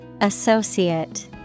Associate